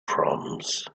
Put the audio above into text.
proms